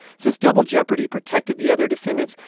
since double jeopardy protected the other defendants,